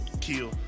kill